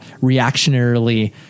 reactionarily